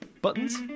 Buttons